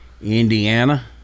Indiana